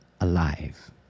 alive